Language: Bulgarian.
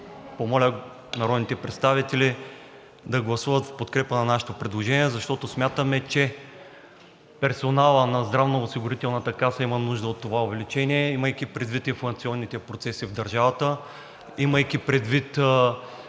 помоля народните представители да гласуват в подкрепа на нашето предложение, защото смятаме, че персоналът на Здравноосигурителната каса има нужда от това увеличение. Имайки предвид инфлационните процеси в държавата, имайки предвид